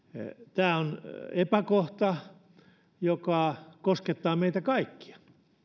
tämä on epäkohta joka koskettaa meitä kaikkia